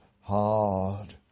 hard